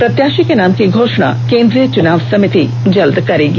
प्रत्याशी के नाम की घोषणा केन्द्रीय चुनाव समिति जल्द करेगी